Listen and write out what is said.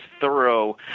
thorough